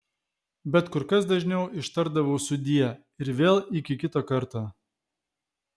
bet kur kas dažniau ištardavau sudie ir vėl iki kito karto